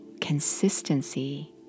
consistency